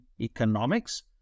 economics